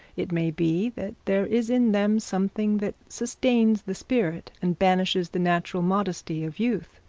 it may be that there is in them something that sustains the spirit and banishes the natural modesty of youth.